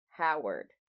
Howard